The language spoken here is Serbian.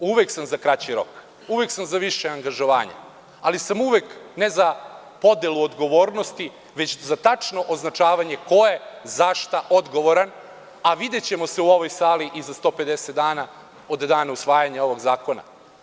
Uvek sam za kraći rok, uvek sam za više angažovanja, ali sam uvek, ne za podelu odgovornosti, već za tačno označavanje ko je za šta odgovoran, a videćemo se u ovoj sali i za 150 dana od dana usvajanja ovog zakona.